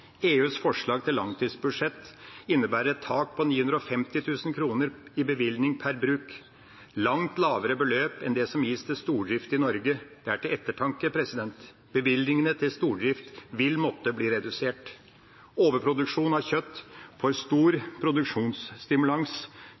EUs forslag til langtidsbudsjett innebærer et tak på 950 000 kr i bevilgning per bruk, et langt lavere beløp enn det som gis til stordrift i Norge. Det er til ettertanke. Bevilgningene til stordrift vil måtte bli redusert. Det er overproduksjon av kjøtt. For stor